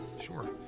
sure